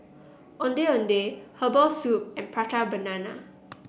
Ondeh Ondeh Herbal Soup and Prata Banana